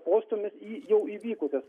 postūmis į jau įvykusias